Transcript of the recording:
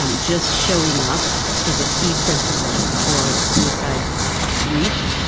um just showing up is a key principle for suicide grief,